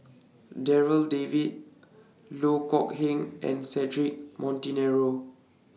Darryl David Loh Kok Heng and Cedric Monteiro